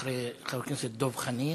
אחרי חבר כנסת דב חנין,